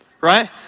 Right